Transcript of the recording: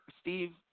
Steve